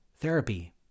therapy